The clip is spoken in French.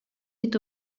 est